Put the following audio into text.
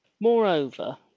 moreover